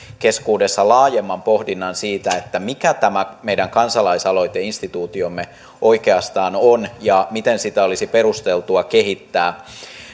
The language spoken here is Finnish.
keskuudessa laajemman pohdinnan siitä mikä tämä meidän kansalaisaloiteinstituutiomme oikeastaan on ja miten sitä olisi perusteltua kehittää